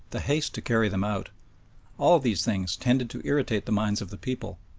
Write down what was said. the haste to carry them out all these things tended to irritate the minds of the people,